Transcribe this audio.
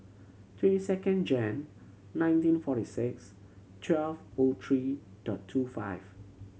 twenty second Jan nineteen forty six twelve O three dot two five